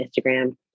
Instagram